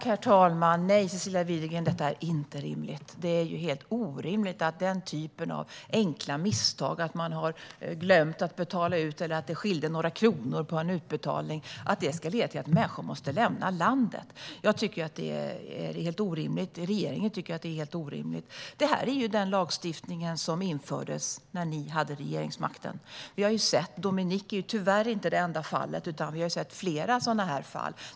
Herr talman! Nej, Cecilia Widegren - detta är inte rimligt. Det är ju helt orimligt att den typen av enkla misstag - att man har glömt att betala ut, eller att det skilde några kronor på en utbetalning - ska leda till att människor måste lämna landet. Jag och regeringen tycker att det är helt orimligt. Detta är den lagstiftning som infördes när ni hade regeringsmakten. Dominic är tyvärr inte det enda fallet, utan vi har sett flera sådana här fall.